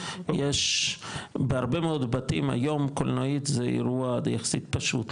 יש בהרבה מאוד בתים היום קולנועית זה אירוע יחסית פשוט,